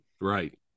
Right